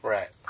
Right